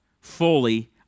fully